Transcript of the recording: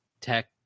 tech